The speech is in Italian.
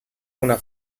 una